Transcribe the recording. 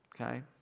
Okay